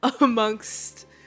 amongst